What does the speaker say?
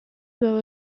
baba